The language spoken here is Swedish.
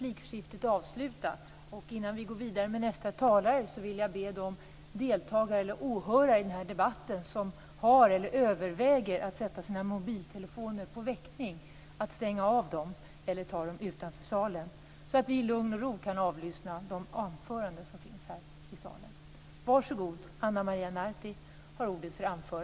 Innan vi går vidare med nästa talare vill jag be de deltagare eller åhörare i debatten som har, eller överväger att sätta, sina mobiltelefoner på väckning att stänga av dem eller ta ut dem utanför salen, så att vi i lugn och ro kan avlyssna de anföranden som hålls här.